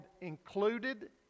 included